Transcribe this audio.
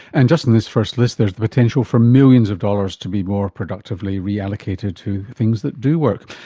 and just in this first list there's the potential for millions of dollars to be more productively re-allocated to things that do work.